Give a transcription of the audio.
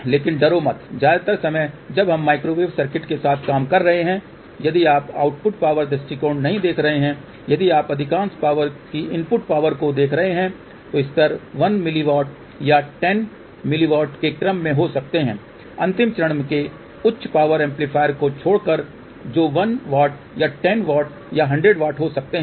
लेकिन डरो मत ज्यादातर समय जब हम माइक्रोवेव सर्किट के साथ काम कर रहे हैं यदि आप आउटपुट पावर दृष्टि नहीं देख रहे हैं यदि आप अधिकांश पावर की इनपुट पावर को देख रहे हैं स्तर 1 mW या 10 mW के क्रम के हो सकते हैं अंतिम चरण के उच्च पावर एम्पलीफायर को छोड़कर जो 1 W या 10 W या 100 W हो सकते हैं